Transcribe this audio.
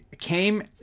came